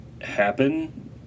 happen